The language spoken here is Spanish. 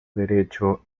derecho